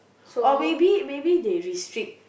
or maybe maybe they restrict